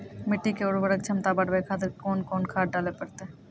मिट्टी के उर्वरक छमता बढबय खातिर कोंन कोंन खाद डाले परतै?